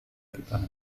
kita